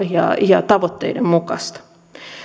ja tavoitteiden mukaista